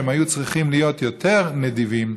שהיו צריכות להיות יותר נדיבות,